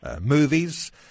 movies